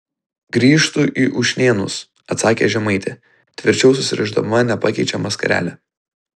grįžtu į ušnėnus atsakė žemaitė tvirčiau susirišdama nepakeičiamą skarelę